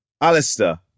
Alistair